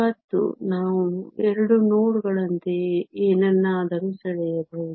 ಮತ್ತು ನಾವು 2 ನೋಡ್ಗಳಂತೆಯೇ ಏನನ್ನಾದರೂ ಸೆಳೆಯಬಹುದು